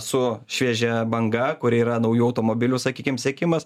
su šviežia banga kuri yra naujų automobilių sakykim sekimas